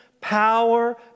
power